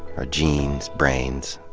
our genes, brains,